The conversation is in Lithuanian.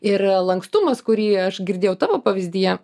ir lankstumas kurį aš girdėjau tavo pavyzdyje